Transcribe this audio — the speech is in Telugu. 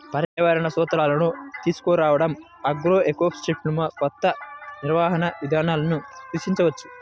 పర్యావరణ సూత్రాలను తీసుకురావడంఆగ్రోఎకోసిస్టమ్లోకొత్త నిర్వహణ విధానాలను సూచించవచ్చు